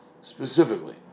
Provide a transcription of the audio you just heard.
specifically